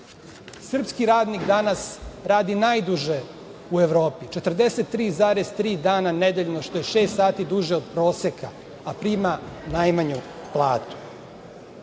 Srpski radnik danas radi najduže u Evropi, 43,3 dana nedeljno, što je šest sati duže od proseka, a prima najmanju